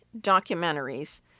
documentaries